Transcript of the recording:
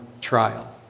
trial